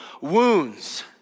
wounds